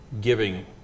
giving